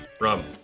Rum